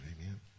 Amen